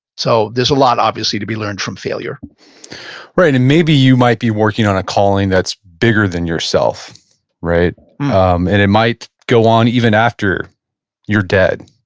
so there's a lot obviously to be learned from failure right, and maybe you might be working on a calling that's bigger than yourself um and it might go on even after you're dead,